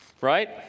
right